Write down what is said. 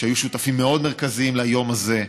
שהיו שותפים מאוד מרכזיים ליום הזה,